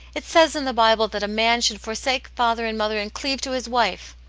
it says in the bible that a man should forsake father and mother, and cleave to his wife.